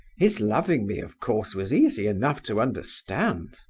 his loving me, of course, was easy enough to understand.